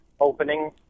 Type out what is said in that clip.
opening